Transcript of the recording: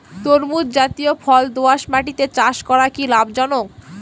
তরমুজ জাতিয় ফল দোঁয়াশ মাটিতে চাষ করা কি লাভজনক?